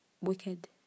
wicked